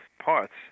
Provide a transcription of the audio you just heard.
parts